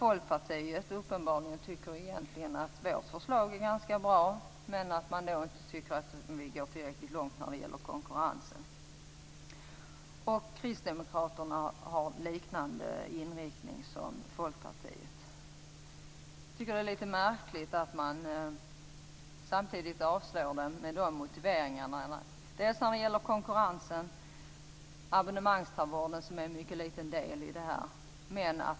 Folkpartiet tycker uppenbarligen egentligen att vårt förslag är ganska bra, men menar att vi inte går tillräckligt långt när det gäller konkurrensen. Kristdemokraterna föreslår en inriktning som liknar Folkpartiets. Jag tycker att det är litet märkligt att man avslår propositionen med de motiveringarna. Det gäller konkurrensen och abonnemangstandvården, som är en mycket liten del i detta.